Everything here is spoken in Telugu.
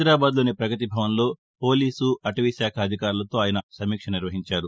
హైదరాబాద్ లోని పగతి భవన్లో పోలీస్ అటవీ శాఖ అధికారులతో ఆయన సమీక్ష నిర్వహించారు